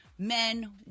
Men